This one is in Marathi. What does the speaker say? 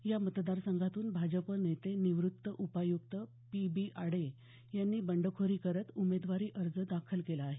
या मतदारसंघातून भाजप नेते निवृत्त उपायुक्त पी बी आडे यांनी बंडखोरी करत उमेदवारी अर्ज दाखल केला आहे